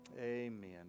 Amen